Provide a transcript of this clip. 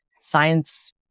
science